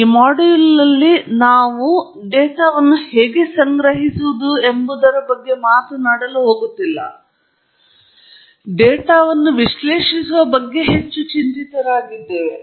ಈ ಮಾಡ್ಯೂಲ್ನಲ್ಲಿ ನಾವು ಡೇಟಾವನ್ನು ಹೇಗೆ ಸಂಗ್ರಹಿಸುವುದು ಎಂಬುದರ ಬಗ್ಗೆ ಮಾತನಾಡಲು ಹೋಗುತ್ತಿಲ್ಲ ಮಾದರಿಗಳ ತಂತ್ರಗಳು ಮತ್ತು ಹೀಗೆ ಡೇಟಾವನ್ನು ವಿಶ್ಲೇಷಿಸುವ ಬಗ್ಗೆ ನಾವು ಹೆಚ್ಚು ಚಿಂತಿತರಾಗಿದ್ದೇವೆ